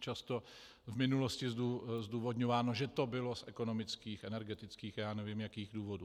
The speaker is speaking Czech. Často v minulosti bylo zdůvodňováno, že to bylo z ekonomických, energetických a já nevím jakých důvodů.